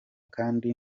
kandi